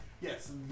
Yes